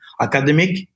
academic